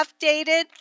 updated